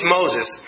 Moses